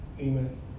Amen